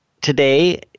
today